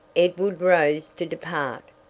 edward rose to depart,